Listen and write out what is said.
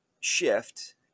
shift